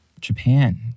Japan